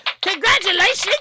Congratulations